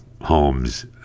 homes